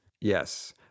Yes